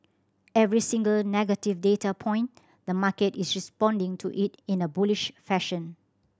every single negative data point the market is responding to it in a bullish fashion